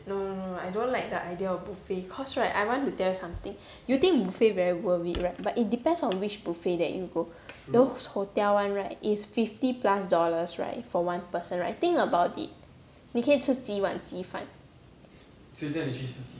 no no no I don't like the idea of buffet cause right I want to tell you something you think buffet very worth it right but it depends on which buffet that you go those hotel one right is fifty plus dollars right for one person right think about it 你可以吃几碗鸡饭